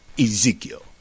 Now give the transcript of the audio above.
Ezekiel